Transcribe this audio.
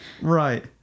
right